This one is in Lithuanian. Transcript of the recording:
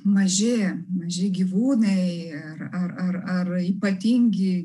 maži maži gyvūnai ir ar ar ar ypatingi